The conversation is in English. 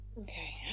Okay